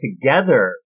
together